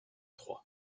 trois